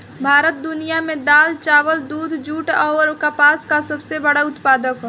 भारत दुनिया में दाल चावल दूध जूट आउर कपास का सबसे बड़ा उत्पादक ह